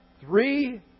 Three